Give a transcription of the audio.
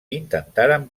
intentaren